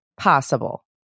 possible